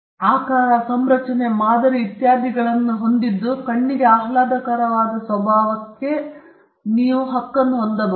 ಈ ಬಲವು ಆಕಾರ ಸಂರಚನೆ ಮಾದರಿ ಇತ್ಯಾದಿಗಳನ್ನು ಹೊಂದಿದ್ದು ಇದು ಕಣ್ಣಿಗೆ ಆಹ್ಲಾದಕರವಾದ ಸ್ವಭಾವದ ಸ್ವಭಾವವಾಗಿದೆ